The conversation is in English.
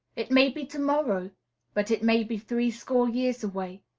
it may be to-morrow but it may be threescore years away.